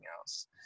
else